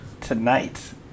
tonight